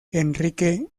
enrique